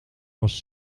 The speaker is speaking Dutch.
was